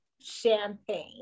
champagne